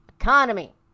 economy